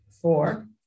Four